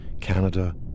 Canada